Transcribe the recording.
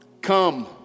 come